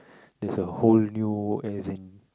there's a whole new as in